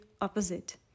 opposite